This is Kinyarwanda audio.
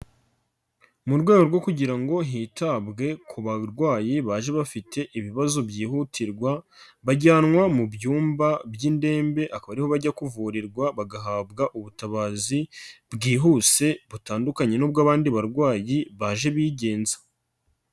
Mu rwego rwo kugira ngo hitabwe ku barwayi baje bafite ibibazo byihutirwa, bajyanwa mu byumba by'indembe akaba ari ho bajya kuvurirwa bagahabwa ubutabazi bwihuse, butandukanye n'ubw'abandi barwayi baje bigenza.